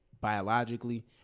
biologically